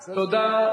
תודה.